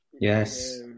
Yes